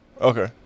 Okay